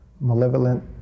malevolent